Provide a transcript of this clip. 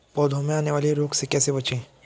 पौधों में आने वाले रोग से कैसे बचें?